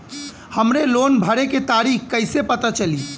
हमरे लोन भरे के तारीख कईसे पता चली?